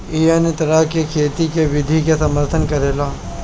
इ अन्य तरह के खेती के विधि के समर्थन करेला